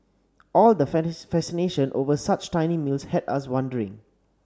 all the fascination over such tiny meals had us wondering